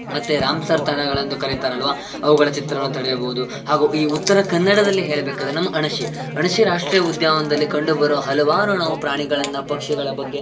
ಮತ್ತು Ramsar ತಾಣಗಳೆಂದು ಕರೆಯುತ್ತಾರಲ್ಲವಾ ಅವುಗಳ ಚಿತ್ರಣ ತಡೆಯಬೋದು ಹಾಗೂ ಈ ಉತ್ತರ ಕನ್ನಡದಲ್ಲಿ ಹೇಳಬೇಕಾದ್ರೆ ನಮ್ಮ ಅಣಶಿ ಅಣಶಿ ರಾಷ್ಟ್ರೀಯ ಉದ್ಯಾವನದಲ್ಲಿ ಕಂಡು ಬರುವ ಹಲವಾರು ನಾವು ಪ್ರಾಣಿಗಳನ್ನು ಪಕ್ಷಿಗಳ ಬಗ್ಗೆ